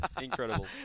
Incredible